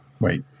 wait